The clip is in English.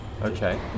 Okay